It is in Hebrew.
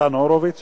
ניצן הורוביץ.